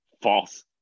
False